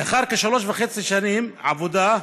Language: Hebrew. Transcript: לאחר כשלוש וחצי שנים של עבודה,